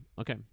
okay